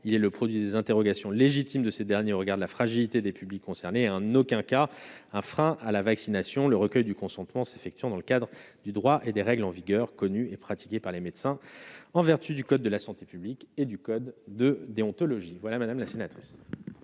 il est le produit des interrogations légitimes de ces derniers au regard de la fragilité des publics concernés en aucun cas un frein à la vaccination, le recueil du consentement s'dans le cadre du droit et des règles en vigueur connue et pratiquée par les médecins, en vertu du Code de la santé publique et du code de déontologie, voilà madame la scène.